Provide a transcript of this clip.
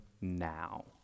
now